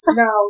no